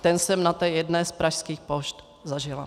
Ten jsem na té jedné z pražských pošt zažila.